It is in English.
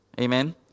Amen